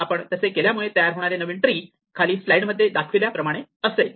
आपण तसे केल्यामुळे तयार होणारे नवीन ट्री खाली स्लाईड मध्ये दाखविल्याप्रमाणे असेल